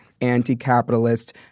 anti-capitalist